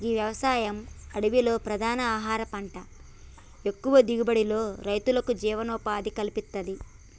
గీ వ్యవసాయం అడవిలో ప్రధాన ఆహార పంట ఎక్కువ దిగుబడితో రైతులకు జీవనోపాధిని కల్పిత్తది